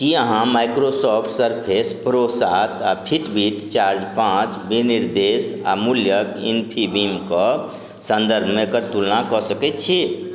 कि अहाँ Microsoft Surface Pro साथ आओर फिटबिट चार्ज पाँच विनिर्देश आओर मूल्यके इन्फिबिमके सन्दर्भमे एकर तुलना कऽ सकै छी